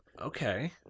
Okay